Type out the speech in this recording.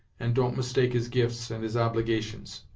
and don't mistake his gifts and his obligations.